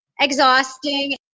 Exhausting